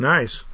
Nice